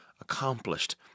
accomplished